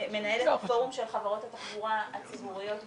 של חברות התחבורה הציבוריות בישראל,